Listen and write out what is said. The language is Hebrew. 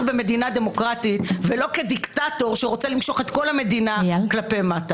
במדינה דמוקרטית ולא כדיקטטור שרוצה למשוך את כל המדינה כלפי מטה.